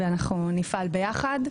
אנחנו נפעל ביחד.